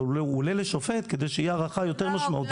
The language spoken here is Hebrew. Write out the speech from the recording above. אבל הוא עולה לשופט כדי שיהיה הארכה יותר משמעותית.